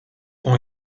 ont